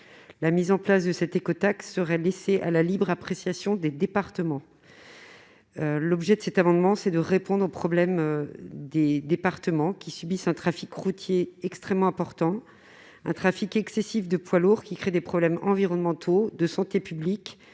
la mise en place de cette écotaxe serait laissé à la libre appréciation des départements, l'objet de cet amendement, c'est de répondre aux problèmes des départements qui subissent un trafic routier extrêmement important, un trafic excessif de poids lourds qui crée des problèmes environnementaux de santé publique,